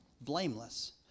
blameless